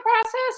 process